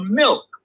milk